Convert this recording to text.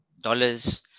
dollars